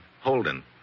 Holden